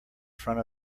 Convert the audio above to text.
front